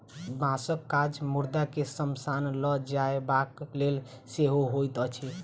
बाँसक काज मुर्दा के शमशान ल जयबाक लेल सेहो होइत अछि